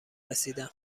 رسیدن